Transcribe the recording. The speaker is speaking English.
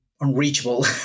unreachable